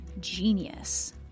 genius